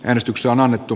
äänestyksiä on annettu